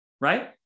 right